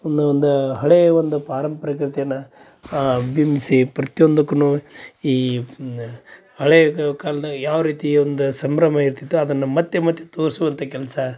ಒಂದು ಒಂದು ಹಳೆಯ ಒಂದು ಪಾರಂಪರಿಕತೆಯನ್ನು ಬಿಂಬಿಸಿ ಪ್ರತ್ಯೊಂದಕ್ಕೂನು ಈ ಹಳೆಯ ಕಾಲ್ದಾಗ ಯಾವ ರೀತಿ ಒಂದು ಸಂಭ್ರಮ ಇರ್ತಿತ್ತೋ ಅದನ್ನು ಮತ್ತೆ ಮತ್ತೆ ತೋರಿಸುವಂಥ ಕೆಲಸ